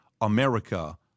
America